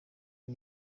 ibi